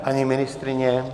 Paní ministryně?